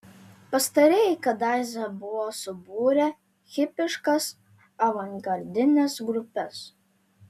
pastarieji kadaise buvo subūrę hipiškas avangardines grupes